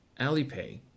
Alipay